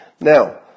Now